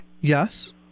Yes